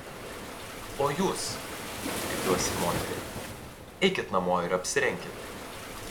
o jūs kreipiuos į moterį eikit namo ir apsirenkit